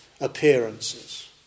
appearances